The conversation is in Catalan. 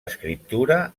escriptura